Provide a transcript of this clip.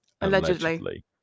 Allegedly